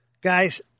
Guys—